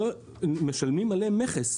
משלמים עליהם מכס.